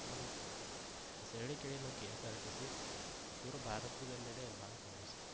ನಮ್ಮ ಹೇಳಿ ಕೇಳಿ ನಮ್ಮ K S R T C ಪೂರ ಭಾರತದೆಲ್ಲೆಡೆ ಭಾಳ ಫೇಮಸ್